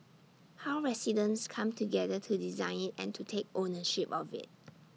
how residents come together to design IT and to take ownership of IT